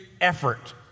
effort